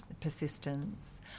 persistence